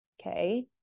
okay